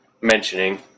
mentioning